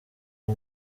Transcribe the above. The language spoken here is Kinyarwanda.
uwo